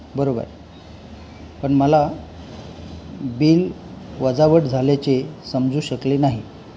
बरोबर पण मला बिल वजावट झाल्याचे समजू शकले नाही